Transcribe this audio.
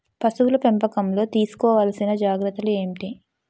పశువుల పెంపకంలో తీసుకోవల్సిన జాగ్రత్త లు ఏంటి?